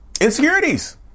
insecurities